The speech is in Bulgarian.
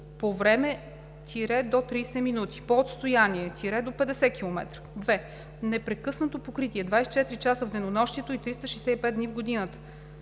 по време – до 30 минути; - по отстояние – до 50 км; 2. непрекъснато покритие – 24 часа в денонощието и 365 дни в годината;